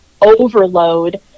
overload